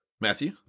matthew